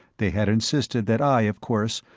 they had insisted that i, of course,